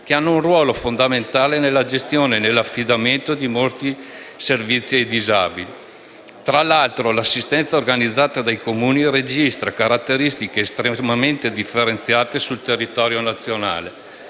che hanno un ruolo fondamentale nella gestione e nell'affidamento di molti servizi ai disabili. Tra l'altro, l'assistenza organizzata dai Comuni registra caratteristiche estremamente differenziate sul territorio nazionale.